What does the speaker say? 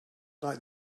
like